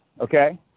okay